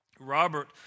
Robert